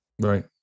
Right